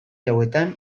hauetan